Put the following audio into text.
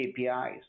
KPIs